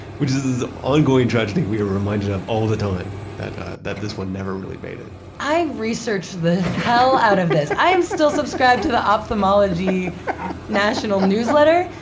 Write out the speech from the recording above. which is ongoing tragedy we are reminded of all the time, that that this one never really made it i researched the hell out of this. i'm still subscribed to the ophthalmology national newsletter.